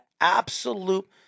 absolute